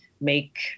make